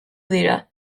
dira